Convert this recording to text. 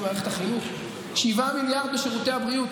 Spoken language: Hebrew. והיו שותפים כאן